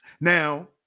Now